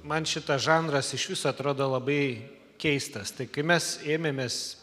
man šitas žanras išvis atrodo labai keistas tai kai mes ėmėmės